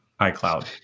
iCloud